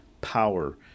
power